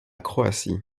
croatie